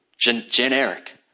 generic